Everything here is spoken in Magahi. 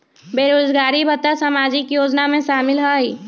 बेरोजगारी भत्ता सामाजिक योजना में शामिल ह ई?